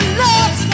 love